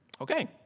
Okay